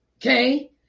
Okay